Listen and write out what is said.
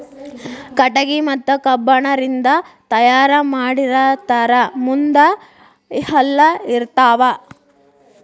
ಕಟಗಿ ಮತ್ತ ಕಬ್ಬಣ ರಿಂದ ತಯಾರ ಮಾಡಿರತಾರ ಮುಂದ ಹಲ್ಲ ಇರತಾವ